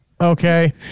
Okay